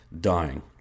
dying